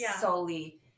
solely